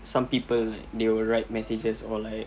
some people they will write messages or like